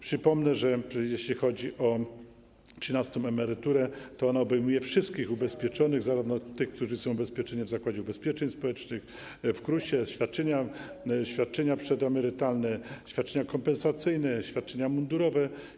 Przypomnę, że jeśli chodzi o trzynastą emeryturę, to ona obejmuje wszystkich ubezpieczonych, tych, którzy są ubezpieczeni w Zakładzie Ubezpieczeń Społecznych, w KRUS, mają świadczenia przedemerytalne, świadczenia kompensacyjne czy świadczenia mundurowe.